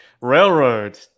Railroad